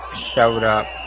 showed up,